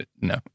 no